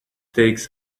takes